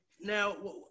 now